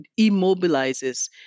immobilizes